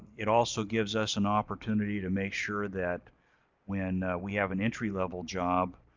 it also gives us an opportunity to make sure that when we have an entry level job,